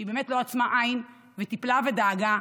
שהיא באמת לא עצמה עין וטיפלה ודאגה,